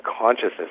consciousness